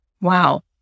Wow